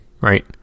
right